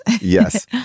Yes